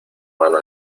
mano